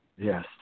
Yes